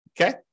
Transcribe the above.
Okay